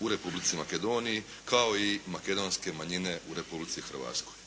u Republici Makedonij, kao i makedonske manjine u Republici Hrvatskoj.